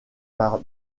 par